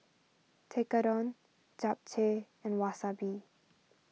Tekkadon Japchae and Wasabi